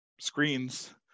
screens